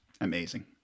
Amazing